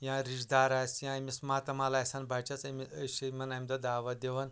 یا رِشتہٕ دار آسہِ یا أمِس ماتامال آسن بَچَس أمِس أسۍ چھِ یمَن اَمہِ دۄہ دعوت دوان